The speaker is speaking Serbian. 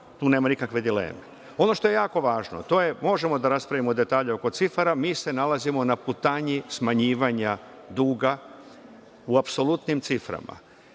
tu nema nikakve dileme. Ono što je jako važno, možemo da raspravimo detalje oko cifara, mi se nalazimo na putanji smanjivanja duga u apsolutnim ciframa.